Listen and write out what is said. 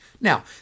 Now